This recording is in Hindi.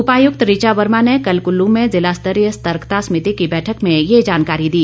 उपायुक्त ऋचा वर्मा ने कल कुल्लू में जिला स्तरीय सतर्कता समिति की बैठक में यह जानकारी दी